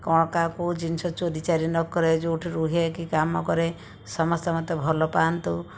କ'ଣ କାହାକୁ ଜିନିଷ ଚୋରି ଚାରି ନକରେ ଯେଉଁଠି ରୁହେ କି କାମ କରେ ସମସ୍ତେ ମୋତେ ଭଲ ପାଆନ୍ତୁ